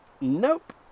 Nope